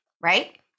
right